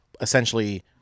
essentially